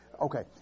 Okay